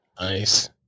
Nice